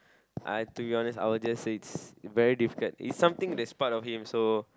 I to be honest I would just say it's very difficult it's something that's part of him so